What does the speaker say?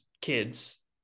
kids